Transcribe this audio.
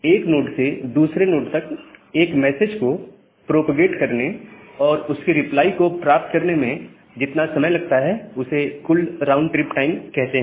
एक नोड से दूसरे नोड तक एक मैसेज को प्रोपोगेट करने और उसके रिप्लाई को प्राप्त करने में जितना समय लगता है उसे कुल राउंड ट्रिप टाइम कहते हैं